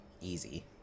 easy